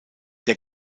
der